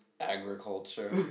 agriculture